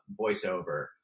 voiceover